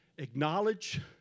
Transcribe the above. Acknowledge